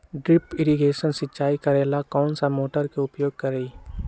Drip irrigation सिंचाई करेला कौन सा मोटर के उपयोग करियई?